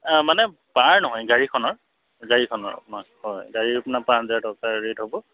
মানে পাৰ নহয় গাড়ীখনৰ গাড়ীখনৰ হয় গাড়ীৰ আপোনাৰ পাঁচ হাজাৰ টকাৰ ৰেট হ'ব